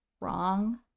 wrong